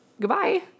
Goodbye